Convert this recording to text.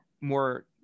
more